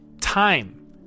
time